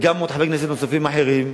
וגם עוד חברי כנסת, נוספים, אחרים,